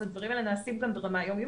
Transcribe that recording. אז הדברים האלה נעשים כאן ברמה יום-יומית,